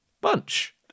bunch